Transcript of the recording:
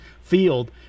field